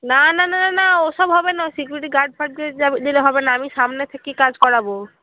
না না না না না ওসব হবে না সিকিউরিটি গার্ড ফার্ড দিয়ে দিলে হবে না আমি সামনে থেকে কাজ করাবো